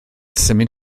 symud